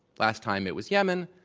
last time it was yemen,